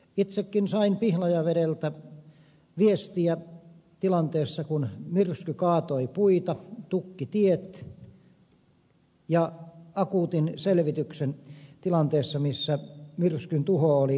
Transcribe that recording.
itsekin sain pihlajavedeltä viestiä tilanteessa kun myrsky kaatoi puita tukki tiet ja akuutin selvityksen tilanteessa missä myrskyn tuho oli totaalinen